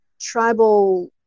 Tribal